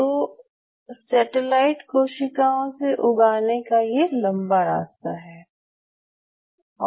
तो सेटेलाइट कोशिकाओं से उगाने का ये लम्बा रास्ता है